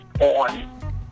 on